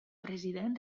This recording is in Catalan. president